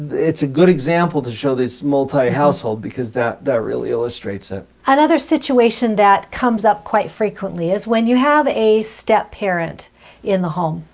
it's a good example to show these multi-household because that that really illustrates it. another situation that comes up quite frequently is when you have a step parent in the home.